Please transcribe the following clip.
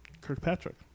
Kirkpatrick